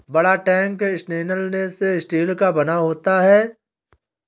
बड़ा tank stainless steel का बना होता है